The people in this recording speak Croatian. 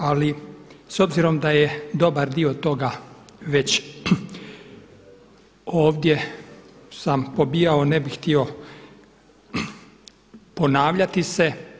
Ali s obzirom da je dobar dio toga već ovdje sam pobijao, ne bih htio ponavljati se.